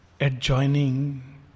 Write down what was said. Adjoining